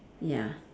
ya